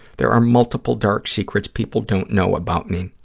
there are multiple dark secrets people don't know about me,